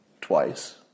twice